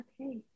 Okay